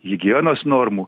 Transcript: higienos normų